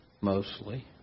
mostly